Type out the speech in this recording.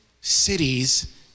cities